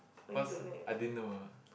cause I didn't know ah